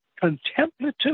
contemplative